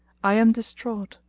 i am distraught,